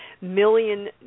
million